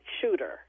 shooter